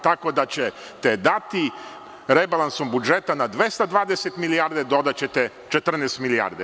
Tako da ćete dati rebalansom budžeta na 220 milijarde, dodaćete 14 milijarde.